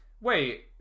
wait